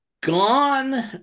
gone